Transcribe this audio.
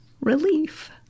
Relief